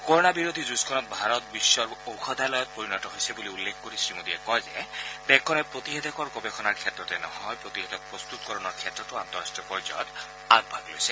corona বিৰোধী যুঁজখনত ভাৰত বিশ্বৰ ঔষধালয়ত পৰিণত হৈ পৰিছে বুলি উল্লেখ কৰি শ্ৰীমোদীয়ে কয় যে দেশখনে প্ৰতিষেধকৰ গৱেষণাৰ ক্ষেত্ৰতে নহয় প্ৰতিষেধক প্ৰস্তত কৰণৰ ক্ষেত্ৰতো আন্তঃৰাট্টীয় পৰ্যায়ত আগভাগ লৈছে